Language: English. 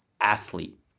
athlete